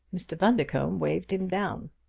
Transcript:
mr. bundercombe waved him down.